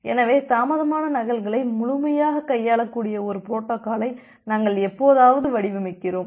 எனவே தாமதமான நகல்களை முழுமையாகக் கையாளக்கூடிய ஒரு புரோட்டோகாலை நாங்கள் எப்போதாவது வடிவமைக்கிறோம்